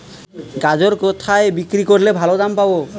গাজর কোথায় বিক্রি করলে ভালো দাম পাব?